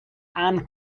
anne